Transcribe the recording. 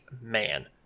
man